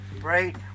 right